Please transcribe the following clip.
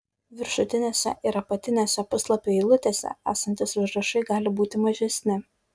viršutinėse ir apatinėse puslapių eilutėse esantys užrašai gali būti mažesni